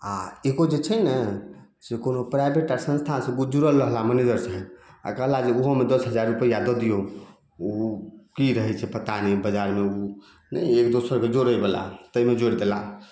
आओर एगो जे छै ने से कोनो प्राइवेट एकटा संस्था छै जुड़ल रहलाह मैनैजरसँ ही आ कहला जे उहोमे दस हजार रूपैआ दअ दियौ उ की रहय छै पता नहि बाजारमे नहि एक दोसरके जोड़यवला तैमे जोड़ि देला